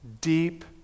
deep